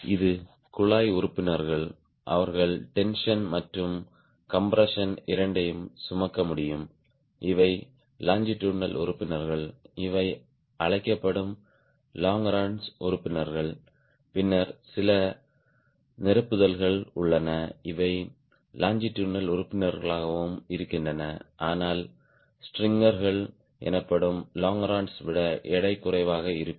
இந்த குழாய் உறுப்பினர்கள் அவர்கள் டென்ஷன் மற்றும் கம்ப்ரெஸ்ஸின் இரண்டையும் சுமக்க முடியும் இவை லொங்கிடுதினால் உறுப்பினர்கள் என்று அழைக்கப்படும் லாங்கரோன்ஸ் உறுப்பினர்கள் பின்னர் சில நிரப்புதல்கள் உள்ளன இவை லொங்கிடுதினால் உறுப்பினர்களாகவும் இருக்கின்றன ஆனால் ஸ்ட்ரிங்கர்கள் எனப்படும் லாங்கரோன்ஸ் விட எடை குறைவாக இருக்கும்